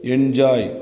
Enjoy